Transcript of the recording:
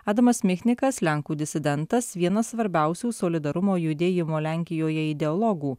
adamas michnikas lenkų disidentas vienas svarbiausių solidarumo judėjimo lenkijoje ideologų